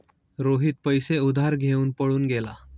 रोहित पैसे उधार घेऊन पळून गेला